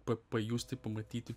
pa pajusti pamatyti